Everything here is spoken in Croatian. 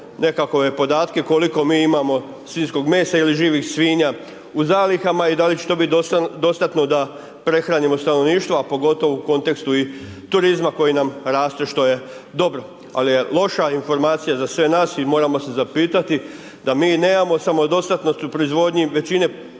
nekakve podatke koliko mi imamo svinjskog mesa ili živih svinja u zalihama i da li će to biti dostatno da prehranimo stanovništvo a pogotovo u kontekstu i turizma koji nam raste što je dobro ali je loša informacija za sve nas i moramo se zapitati da mi nemamo samodostatnost u proizvodnji većine